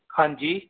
ਹਾਂਜੀ